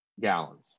gallons